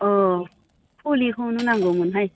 अ फुलिखोनो नांगौमोनहाय